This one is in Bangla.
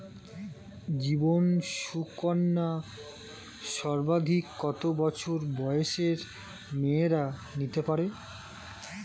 জীবন সুকন্যা সর্বাধিক কত বছর বয়সের মেয়েরা নিতে পারে?